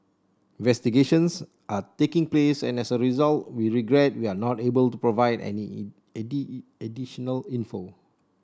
investigations are taking place and as a result we regret we are not able to provide any additional info